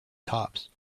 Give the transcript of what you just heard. tops